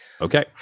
Okay